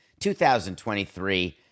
2023